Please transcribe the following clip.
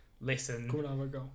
Listen